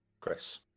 Chris